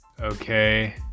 Okay